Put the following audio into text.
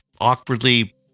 awkwardly